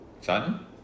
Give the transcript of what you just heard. Sutton